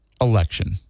election